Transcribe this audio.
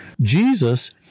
Jesus